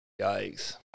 Yikes